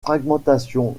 fragmentation